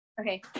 Okay